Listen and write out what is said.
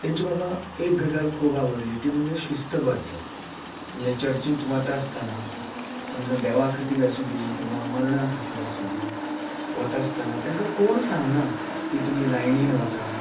तेंची म्हाका एक गजाल खूब आवडली ती म्हणजे शिस्तबद्द म्हणजे चर्चींत वता आसतना समजा देवा खातीर आसूंदी किंवां मरणा खातीर आसूंदी वता आसतना तेंका कोण सांगना की तुमी लायनीन वचा